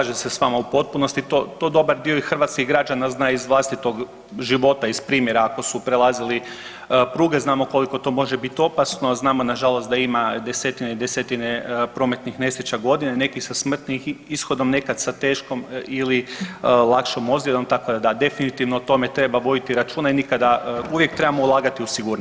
Mislim slažem se s vama u potpunosti, to dobar dio i hrvatskih građana zna iz vlastitog života iz primjera ako su prelazili pruge znamo koliko to može biti opasno, znamo na žalost da ima desetine i desetine prometnih nesreća godišnje neki sa smrtnim ishodom, nekad sa teškom ili lakšom ozljedom tako da da, definitivno o tome treba voditi računa i nikada, uvijek trebamo ulagati u sigurnost.